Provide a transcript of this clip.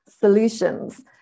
solutions